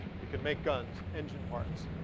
you can make guns, engine parts,